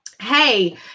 Hey